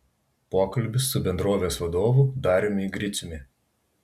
pokalbis su bendrovės vadovu dariumi griciumi